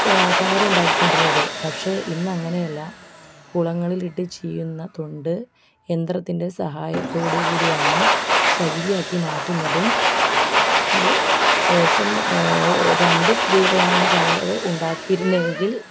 കയർ ഉണ്ടാക്കിക്കൊണ്ടിരുന്നത് പക്ഷേ ഇന്ന് അങ്ങനെയല്ല കുളങ്ങളിൽ ഇട്ട് ചീയുന്ന തൊണ്ട് യന്ത്രത്തിൻ്റെ സഹായത്തോടു കൂടിയാണ് ചകിരിയാക്കി മാറ്റുന്നതും അത് ഇപ്പം രണ്ട് സ്ത്രീകളാണ് കയർ ഉണ്ടാക്കിയിരുന്നെങ്കിൽ